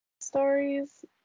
Stories